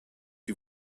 die